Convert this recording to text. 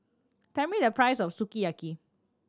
tell me the price of Sukiyaki